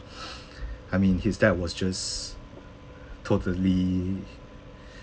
I mean his dad was just totally